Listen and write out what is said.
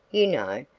you know,